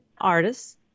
artists